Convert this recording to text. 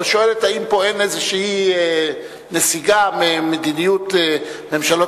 שואלת אם אין פה איזו נסיגה ממדיניות ממשלות